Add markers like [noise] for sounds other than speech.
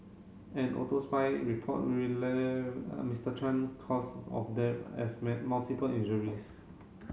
an [unintelligible] report [unintelligible] Mister Chan cause of death as [unintelligible] multiple injuries